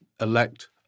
elect